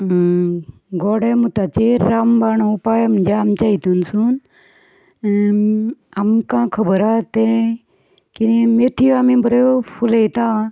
गोड्यामुताचेर रामबाण उपाय म्हणजे आमच्या हितुसून आमकां खबर आहा तें की मेथयो आमी बऱ्यो फुलयता